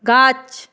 গাছ